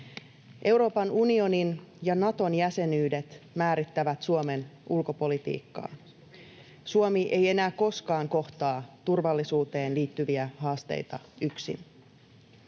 Euroopan unionin ja Naton jäsenyydet määrittävät Suomen ulkopolitiikkaa. Suomi ei enää koskaan kohtaa turvallisuuteen liittyviä haasteita yksin.